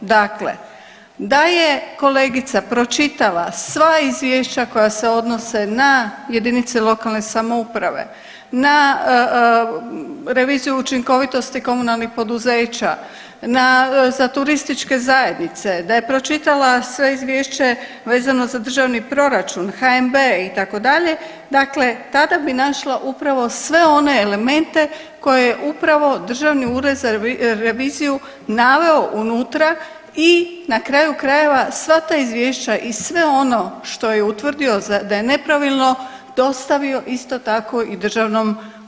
Dakle da je kolegica pročitala sva izvješća koja se odnose na jedinice lokalne samouprave, na reviziju učinkovitosti komunalnih poduzeća, na, za turističke zajednice, da je pročitala sve izvješće vezano za državni proračun, HNB i tako dalje, dakle tada bi našla upravo sve one elemente koje upravo Državni ured za reviziju naveo unutra i na kraju krajeva, sva ta izvješća i sve ono što je utvrdio da je nepravilno dostavio, isto tako i DORH-u.